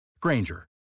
Granger